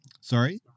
Sorry